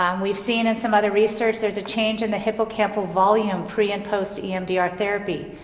um we've seen in some other research there's a change in the hippocampal volume, pre and post emdr therapy.